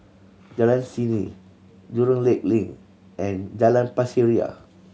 Jalan Seni Jurong Lake Link and Jalan Pasir Ria